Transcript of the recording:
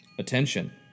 Attention